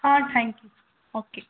ہاں thank you okay